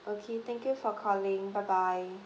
okay thank you for calling bye bye